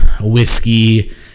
whiskey